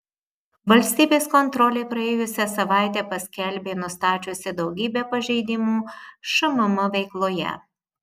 valstybės kontrolė praėjusią savaitę paskelbė nustačiusi daugybę pažeidimų šmm veikloje